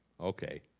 Okay